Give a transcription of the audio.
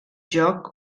joc